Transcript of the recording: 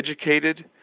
educated